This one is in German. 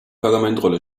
pergamentrolle